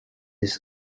its